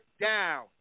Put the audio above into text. down